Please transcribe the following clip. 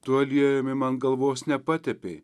tuo aliejumi man galvos nepatepei